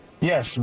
Yes